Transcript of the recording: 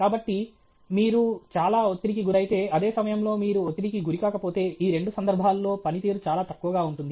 కాబట్టి మీరు చాలా ఒత్తిడికి గురైతే అదే సమయంలో మీరు ఒత్తిడికి గురికాకపోతే ఈ రెండు సందర్భాల్లో పనితీరు చాలా తక్కువగా ఉంటుంది